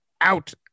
out